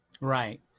right